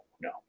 no